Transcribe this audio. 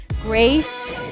Grace